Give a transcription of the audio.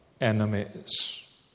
enemies